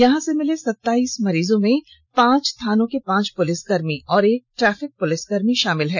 यहां से मिले सताइस मरीजों में पांच थानों के पांच पुलिसकर्मी और एक ट्रैफिक पुलिसकर्मी शामिल हैं